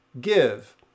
give